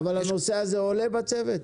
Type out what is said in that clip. הנושא הזה עולה בצוות?